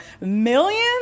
millions